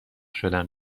شدن